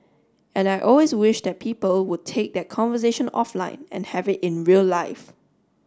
and I always wish that people would take that conversation offline and have it in real life